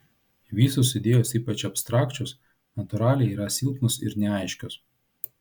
visos idėjos ypač abstrakčios natūraliai yra silpnos ir neaiškios